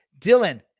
Dylan